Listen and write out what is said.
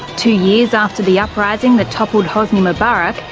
two years after the uprising that toppled hosni mubarak,